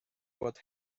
what